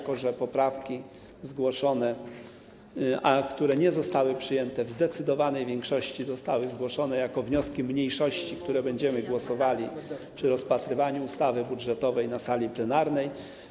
Zgłoszone poprawki, które nie zostały przyjęte, w zdecydowanej większości zostały zgłoszone jako wnioski mniejszości, nad którymi będziemy głosowali przy rozpatrywaniu ustawy budżetowej na sali plenarnej.